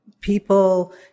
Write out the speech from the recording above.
people